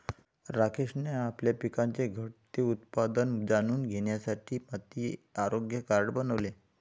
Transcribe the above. राकेशने आपल्या पिकाचे घटते उत्पादन जाणून घेण्यासाठी माती आरोग्य कार्ड बनवले